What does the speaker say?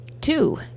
Two